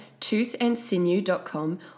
toothandsinew.com